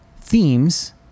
themes